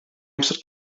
amser